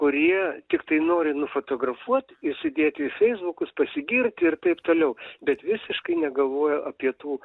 kurie tiktai nori nufotografuot įsidėt į feisbukus pasigirt ir taip toliau bet visiškai negalvoja apie tų